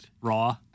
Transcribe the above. Raw